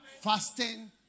fasting